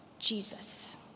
Jesus